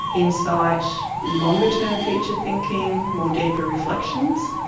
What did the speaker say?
insight, longer term future thinking, more deeper reflections.